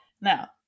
Now